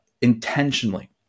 intentionally